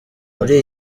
muri